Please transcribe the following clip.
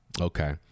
okay